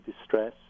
distress